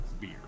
beer